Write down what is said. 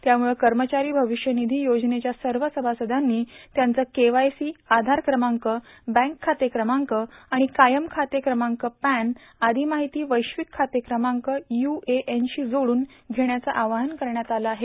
त्यामुळं कर्मचारी भविष्य निधी योजनेच्या सर्व सभासदांनी त्यांचं केवायसी आधार क्रमांक बँक खाते क्रमांक आणि कायम खातेक्रमांक पॅन आदी माहिती वैश्विक खाते क्रमांक यूएएनशी जोडून घेण्याचं आवाहन करण्यात आलं आहे